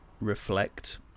reflect